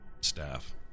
staff